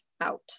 out